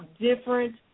different